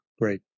Great